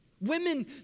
Women